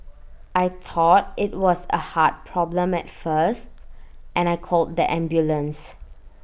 I thought IT was A heart problem at first and I called the ambulance